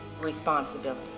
responsibility